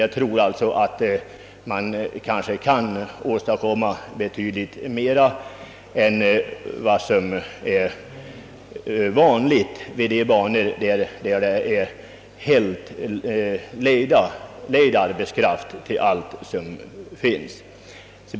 Jag tror att man kan åstadkomma en betydligt bättre ekonomisk drift än som är vanligt vid de banor där lejd arbetskraft måste användas till allt.